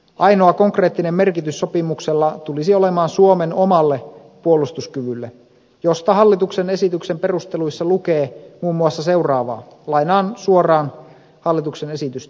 ainoa konkreettinen merkitys sopimuksella tulisi olemaan suomen omalle puolustuskyvylle josta hallituksen esityksen perusteluissa lukee muun muassa seuraavaa lainaan suoraan hallituksen esitystä